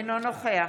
אינו נוכח